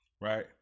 right